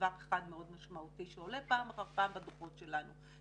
דבר אחד מאוד משמעותי שעולה פעם אחר פעם בדוחות שלנו,